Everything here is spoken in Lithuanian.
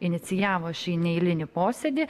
inicijavo šį neeilinį posėdį